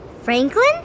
Franklin